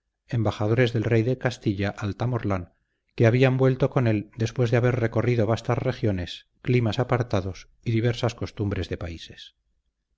embajadores del rey de castilla al tamorlán que habían vuelto con él después de haber recorrido vastas regiones climas apartados y diversas costumbres de países